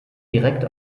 direkt